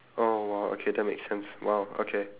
oh !wow! okay that makes sense !wow! okay